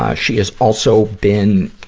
ah she has also been,